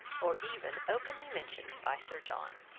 or even openly mentioned by sir john.